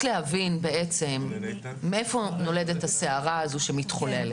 להבין מאיפה נולדת הסערה הזו שמתחוללת?